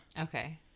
Okay